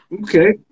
Okay